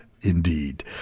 indeed